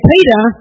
Peter